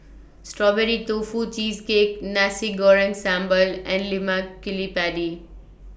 Strawberry Tofu Cheesecake Nasi Goreng Sambal and Lemak Cili Padi